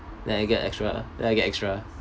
then I get extra then I get extra